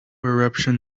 eruption